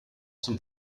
zum